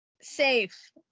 safe